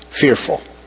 fearful